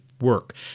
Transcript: work